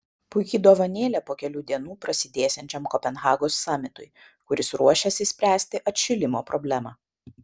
puiki dovanėlė po kelių dienų prasidėsiančiam kopenhagos samitui kuris ruošiasi spręsti atšilimo problemą